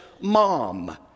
mom